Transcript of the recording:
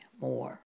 more